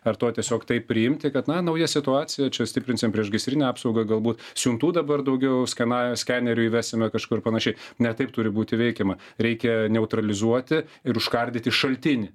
ar tuo tiesiog tai priimti kad nauja situacija čia stiprinsim priešgaisrinę apsaugą galbūt siuntų dabar daugiau skena skenerių įvesime kažkur panašiai ne taip turi būti veikiama reikia neutralizuoti ir užkardyti šaltinį